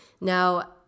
Now